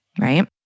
right